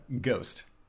Ghost